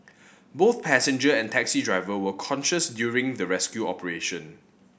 both passenger and taxi driver were conscious during the rescue operation